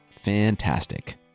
Fantastic